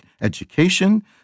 Education